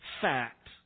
fact